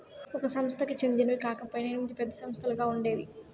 ఒక సంస్థకి చెందినవి కాకపొయినా ఎనిమిది పెద్ద సంస్థలుగా ఉండేవి